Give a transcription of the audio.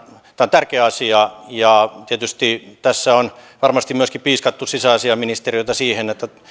tärkeä asia ja tietysti tässä on varmasti myöskin piiskattu sisäasiainministeriötä siihen